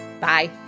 Bye